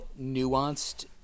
nuanced